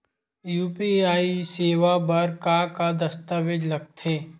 UPI सेवा बर का का दस्तावेज लगथे?